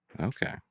Okay